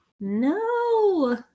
No